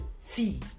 fee